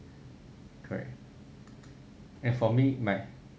correct and for me my